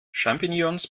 champignons